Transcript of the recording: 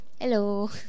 Hello